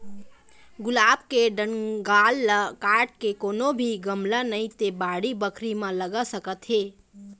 गुलाब के डंगाल ल काट के कोनो भी गमला नइ ते बाड़ी बखरी म लगा सकत हे